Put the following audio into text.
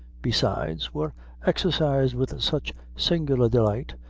besides, were exercised with such singular delight,